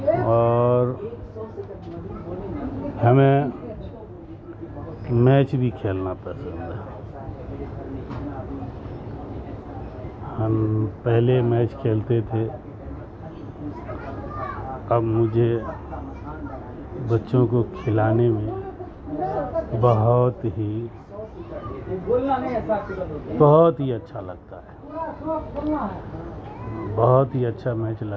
اور ہمیں میچ بھی کھیلنا پسند ہے ہم پہلے میچ کھیلتے تھے اب مجھے بچوں کو کھلانے میں بہت ہی بہت ہی اچھا لگتا ہے بہت ہی اچھا میچ